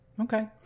Okay